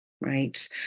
right